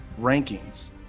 rankings